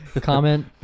Comment